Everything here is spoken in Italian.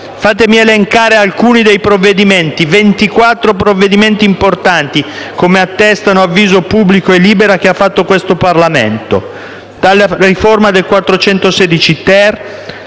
Fatemi elencare alcuni dei provvedimenti. Sono 24 i provvedimenti importanti (come attestano Avviso Pubblico e Libera) che ha fatto questo Parlamento: